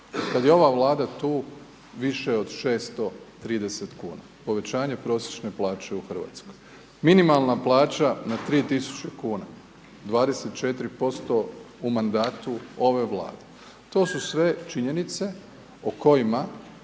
kad je ova Vlada tu, više od 630 kn, povećanje prosječne plaće u Hrvatskoj. Minimalna plaća na 3000 kn. 24% u mandatu ove vlade. To su sve činjenice o kojima